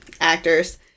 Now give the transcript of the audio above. actors